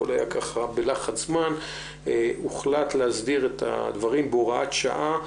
הכול היה בלחץ זמן והוחלט להסדיר את הדברים בהוראת שעה,